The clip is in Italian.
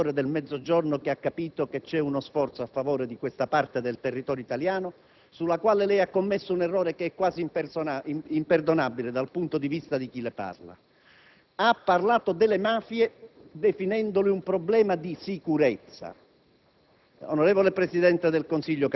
Provi a trovare qualche cittadino elettore del Mezzogiorno che abbia compreso l'esistenza di uno sforzo a favore di questa parte del territorio italiano, sulla quale lei ha commesso un errore quasi imperdonabile dal punto di vista chi le parla. Lei ha parlato delle mafie definendole un problema di sicurezza.